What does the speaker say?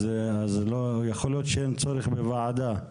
אז יכול להיות שאין צורך בוועדה.